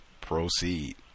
Proceed